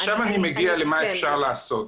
עכשיו אני מגיע למה אפשר לעשות.